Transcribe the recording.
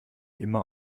immer